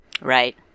right